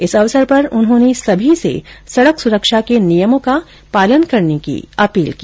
इस अवसर पर उन्होने सभी से सड़क सुरक्षा के नियमों का पालन करने की अपील की